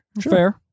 Fair